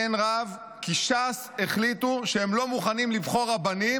אין רב כי ש"ס החליטו שהם לא מוכנים לבחור רבנים,